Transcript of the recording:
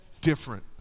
different